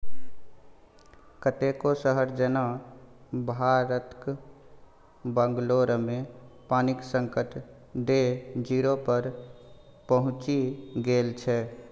कतेको शहर जेना भारतक बंगलौरमे पानिक संकट डे जीरो पर पहुँचि गेल छै